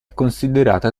considerata